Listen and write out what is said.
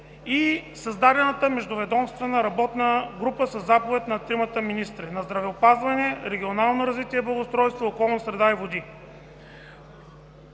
и създадената междуведомствена работна група със заповед на тримата министри – на здравеопазването, регионално развитие и благоустройството, околната среда и водите.